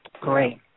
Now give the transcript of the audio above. great